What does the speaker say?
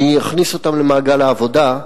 אני אכניס אותם למעגל העבודה,